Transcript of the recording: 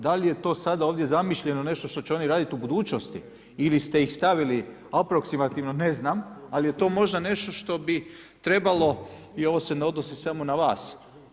Da li je to sada ovdje zamišljeno nešto što će oni radit u budućnosti ili ste ih stavili aproksimativno, ne znam, ali je to možda nešto što bi trebalo, i ovo se ne odnosi samo na vas.